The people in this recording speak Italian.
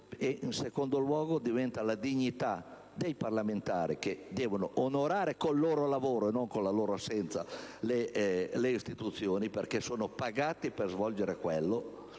in secondo luogo, la dignità dei parlamentari che devono onorare con il loro lavoro e non con la loro assenza le istituzioni, perché sono pagati per svolgere il